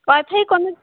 wi fi connect